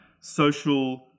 social